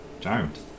charmed